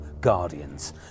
guardians